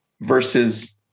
versus